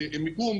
מיקום,